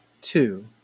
two